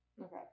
okay